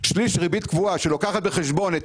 שלישי ריבית קבועה שלוקחת בחשבון את